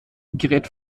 gerät